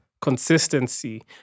consistency